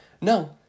No